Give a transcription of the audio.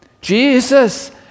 Jesus